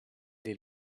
des